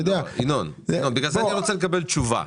ינון, בגלל זה אני רוצה לקבל תשובה,